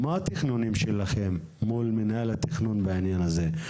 מה התכנונים שלכם מול מינהל התכנון בעניין הזה?